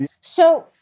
So-